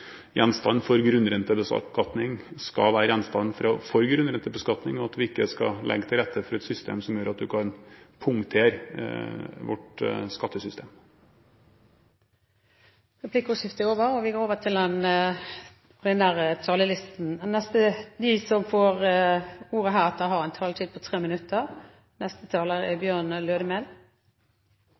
gjenstand for grunnrentebeskatning, skal være gjenstand for grunnrentebeskatning, og at vi ikke skal legge til rette for et system som gjør at du kan punktere vårt skattesystem. Replikkordskiftet er over. De talerne som heretter får ordet, har en taletid på inntil 3 minutter. Norsk industri har lange tradisjonar som